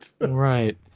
Right